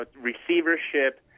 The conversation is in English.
receivership